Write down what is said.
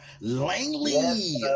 Langley